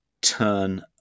turn